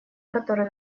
которую